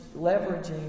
leveraging